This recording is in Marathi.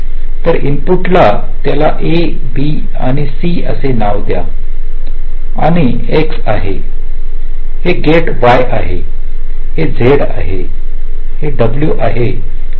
तर इनपुट ला त्याला a b आणि c असे नाव द्या हे x आहे हे गेट y आहे हे z आहे हे w आहे आणि आउटपुट f आहे